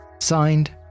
Signed